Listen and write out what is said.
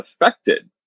affected